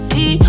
See